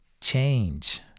change